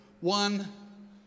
One